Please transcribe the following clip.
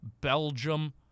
Belgium